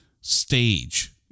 stage